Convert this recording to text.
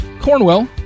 Cornwell